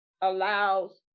allows